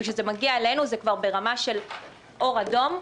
וכאשר זה מגיע אלינו זה כבר ברמה של אור אדום.